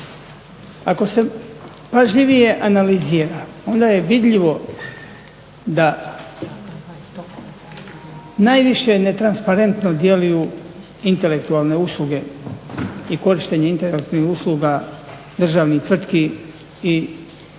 Ako se pažljivije analizira onda je vidljivo da najviše netransparentno djeluju intelektualne usluge i korištenje intelektualnih usluga državnih tvrtki i institucija